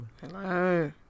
Hello